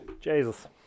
jesus